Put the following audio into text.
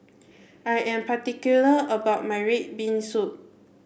I am particular about my red bean soup